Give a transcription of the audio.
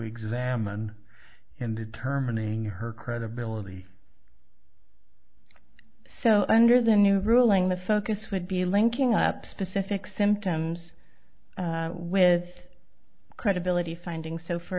examine and determining her credibility so under the new ruling the focus would be linking up specific symptoms with credibility finding so for